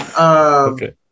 Okay